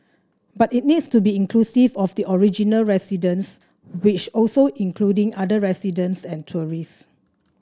but it needs to be inclusive of the original residents which also including other residents and tourists